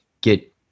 get